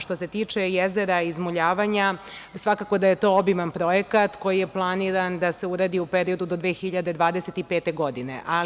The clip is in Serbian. Što se tiče jezera i izmuljavanja, svakako da je to obiman projekat koji je planiran da se uradi u periodu do 2025. godine.